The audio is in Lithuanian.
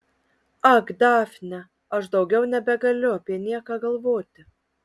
ak dafne aš daugiau nebegaliu apie nieką galvoti